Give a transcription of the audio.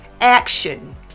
action